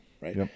right